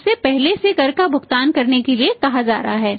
उसे पहले से कर का भुगतान करने के लिए कहा जा रहा है